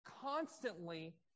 constantly